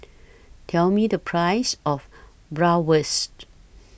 Tell Me The Price of Bratwurst